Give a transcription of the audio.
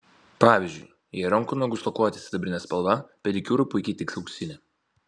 pavyzdžiui jei rankų nagus lakuojate sidabrine spalva pedikiūrui puikiai tiks auksinė